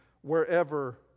wherever